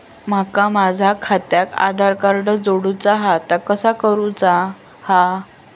माका माझा खात्याक आधार कार्ड जोडूचा हा ता कसा करुचा हा?